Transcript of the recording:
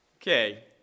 Okay